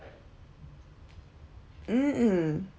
mm mm